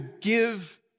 give